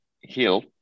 heal